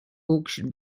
auction